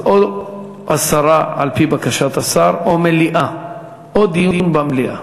אז או הסרה, על-פי בקשת השר, או דיון במליאה.